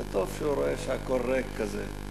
זה טוב שהוא רואה שהכול ריק כזה.